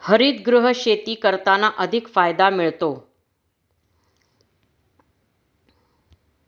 हरितगृह शेती करताना अधिक फायदा मिळतो